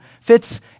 fits